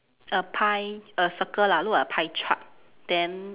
a pie a circle lah look like a pie chart then